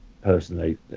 personally